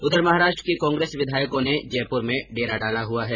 उधर महाराष्ट्र के कांग्रेस विधायकों ने जयपुर में डेरा डाला हुआ है